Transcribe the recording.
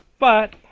but,